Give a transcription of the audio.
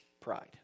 Pride